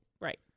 Right